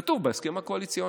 כתוב בהסכם הקואליציוני.